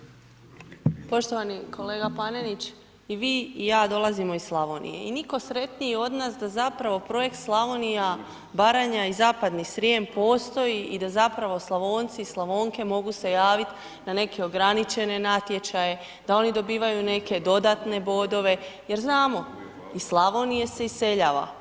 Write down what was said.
Poštovani kolega Panenić i vi i ja dolazimo iz Slavonije i nitko sretniji od nas da zapravo Projekt Slavonija, Baranja i Zapadni Srijem postoji i da zapravo Slavonci i Slavonke mogu se javiti na neke ograničene natječaje, da oni dobivaju neke dodatne bodove jer znamo iz Slavonije se iseljava.